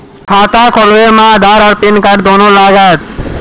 खाता खोलबे मे आधार और पेन कार्ड दोनों लागत?